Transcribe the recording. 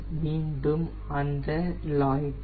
மீண்டும் அந்த லாய்டர்